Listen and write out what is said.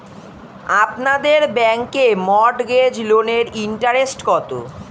আপনাদের ব্যাংকে মর্টগেজ লোনের ইন্টারেস্ট কত?